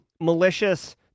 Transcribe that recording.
malicious